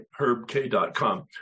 HerbK.com